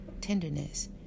tenderness